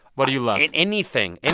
what do you love? anything, and